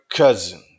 cousin